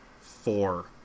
four